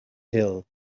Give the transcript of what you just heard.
hill